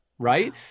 right